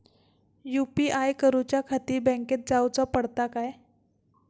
UPI करूच्याखाती बँकेत जाऊचा पडता काय?